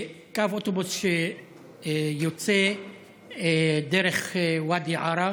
קו אוטובוס שיוצא דרך ואדי עארה,